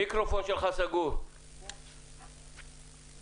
עמוס שוקן, בבקשה.